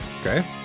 Okay